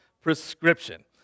prescription